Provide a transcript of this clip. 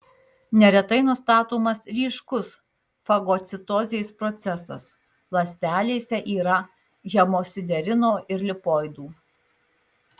neretai nustatomas ryškus fagocitozės procesas ląstelėse yra hemosiderino ir lipoidų